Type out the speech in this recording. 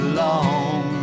long